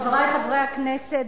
חברי חברי הכנסת,